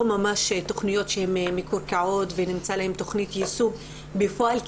ממש תוכניות שהן מקורקעות ונמצאת להן תוכנית יישום בפועל,